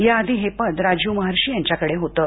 याआधी हे पद राजीव महर्षी यांच्याकडे होतं